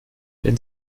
wenn